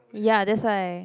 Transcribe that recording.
ya that's why